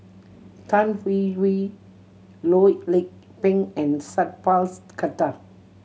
Tan Hwee Hwee Loh Lik Peng and Sat Pals Khattar